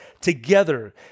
together